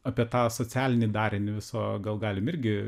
apie tą socialinį darinį viso gal galim irgi